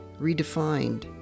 redefined